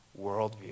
worldview